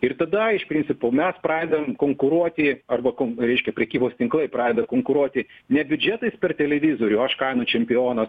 ir tada iš principo mes pradedam konkuruoti arba reiškia prekybos tinklai pradeda konkuruoti ne biudžetais per televizorių aš kainų čempionas